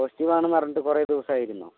positive ആണെന്നറിഞ്ഞിട്ടു കുറേ ദിവസമായിരുന്നോ